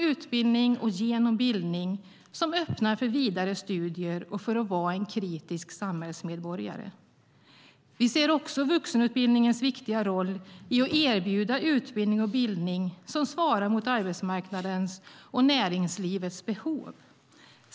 Utbildning och bildning öppnar för vidare studier och för att vara en kritisk samhällsmedborgare. Vi ser också vuxenutbildningens viktiga roll i att erbjuda utbildning och bildning som svarar mot arbetsmarknadens och näringslivets behov.